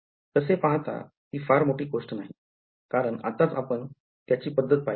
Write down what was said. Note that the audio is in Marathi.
तसे पाहता ती फार मोठी गोष्ठ नाही कारण आत्ताच आपण त्याची पद्धत पहिली आहे